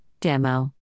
demo